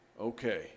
Okay